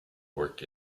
work